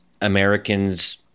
Americans